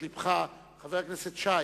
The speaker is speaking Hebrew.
חבר הכנסת שי,